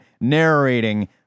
narrating